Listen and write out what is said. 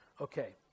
Okay